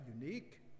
unique